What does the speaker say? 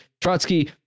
Trotsky